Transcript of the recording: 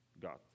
God